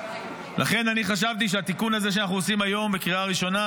לכן חשבתי שהתיקון הזה שאנחנו עושים היום בקריאה ראשונה,